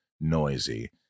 noisy